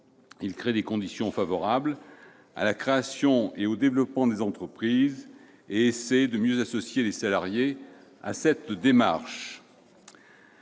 place des conditions favorables à la création et au développement des entreprises et essaie de mieux associer les salariés à cette démarche.